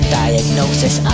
diagnosis